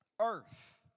earth